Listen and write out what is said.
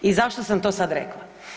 I zašto sam to sada rekla?